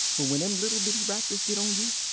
but when them little bitty raptors get on you,